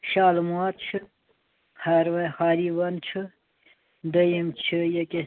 شالٕمٲر چھُ ہاروے ہاریٖوَن چھُ دوٚیِم چھُ ییٚکہِ